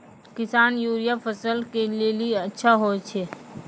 किसान यूरिया फसल के लेली अच्छा होय छै?